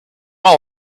all